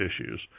issues